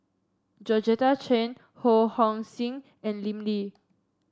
Georgette Chen Ho Hong Sing and Lim Lee